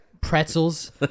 pretzels